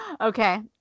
Okay